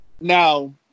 Now